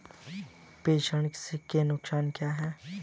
प्रेषण के नुकसान क्या हैं?